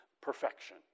perfection